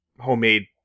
Homemade